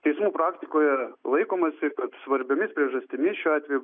teismų praktikoje laikomasi svarbiomis priežastimi šiuo atveju